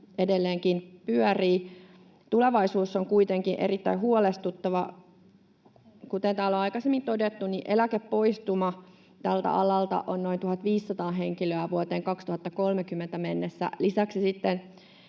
edelleenkin pyörii. Tulevaisuus on kuitenkin erittäin huolestuttava. Kuten täällä aikaisemmin on todettu, eläkepoistuma tältä alalta on noin 1 500 henkilöä vuoteen 2030 mennessä. Lisäksi